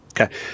Okay